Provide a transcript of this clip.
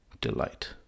delight